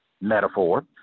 Metaphor